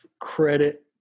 credit